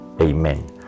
Amen